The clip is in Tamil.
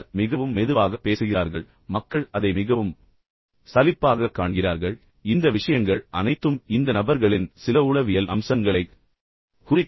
சிலர் மிகவும் மெதுவாக பேசுகிறார்கள் மக்கள் அதை மிகவும் சலிப்பாகக் காண்கிறார்கள் எனவே இந்த விஷயங்கள் அனைத்தும் மீண்டும் இந்த நபர்களின் சில உளவியல் அம்சங்களைக் குறிக்கின்றன